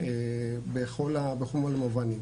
בכל המובנים.